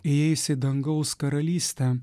įeis į dangaus karalystę